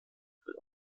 wird